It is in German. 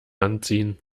anziehen